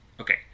Okay